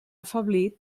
afeblit